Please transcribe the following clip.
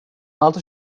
altı